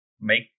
make